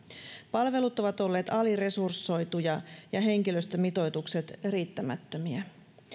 palvelut ovat olleet aliresursoituja ja henkilöstömitoitukset riittämättömiä